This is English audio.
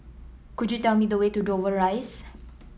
could you tell me the way to Dover Rise